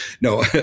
No